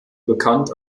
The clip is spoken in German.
bekannt